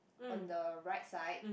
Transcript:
on the right side